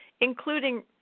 including